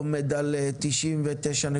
עומדים על 99.8%,